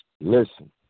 listen